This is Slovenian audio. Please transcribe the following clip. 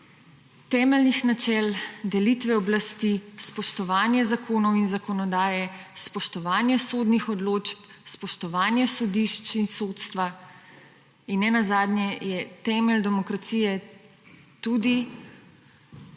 temeljnih načel delitve oblasti, spoštovanje zakonov in zakonodaje, spoštovanje sodnih odločb, spoštovanje sodišč in sodstva, in nenazadnje je temelj demokracije tudi